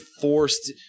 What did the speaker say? forced